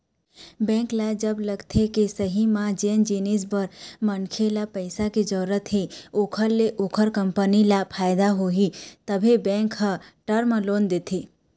bank ल जब लगथे के सही म जेन जिनिस बर मनखे ल पइसा के जरुरत हे ओखर ले ओखर कंपनी ल फायदा होही तभे बेंक ह टर्म लोन देथे